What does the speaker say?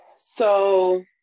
So-